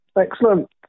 Excellent